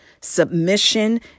submission